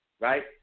right